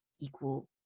equal